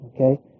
okay